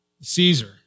Caesar